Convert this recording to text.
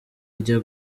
ijya